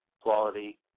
quality